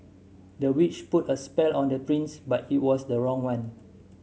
the witch put a spell on the prince but it was the wrong one